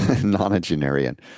Nonagenarian